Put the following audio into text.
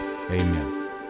Amen